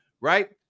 right